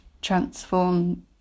transform